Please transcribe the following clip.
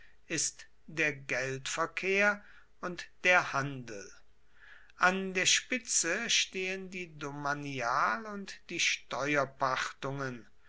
ist der geldverkehr und der handel an der spitze stehen die domanial und die